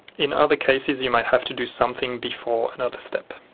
in other cases you might have to do something before another step.